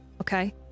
Okay